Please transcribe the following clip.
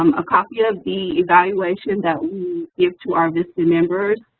um a copy of the evaluation that we give to our vista members